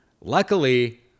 luckily